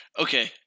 Okay